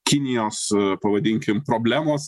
kinijos pavadinkim problemos